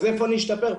אז איפה אני אשתפר פה?